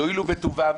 יואילו בטובם.